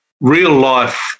real-life